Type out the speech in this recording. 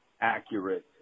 accurate